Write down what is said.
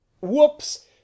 Whoops